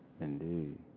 Indeed